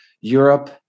Europe